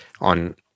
on